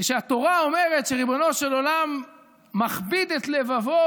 כשהתורה אומרת שריבונו של עולם מכביד את לבבו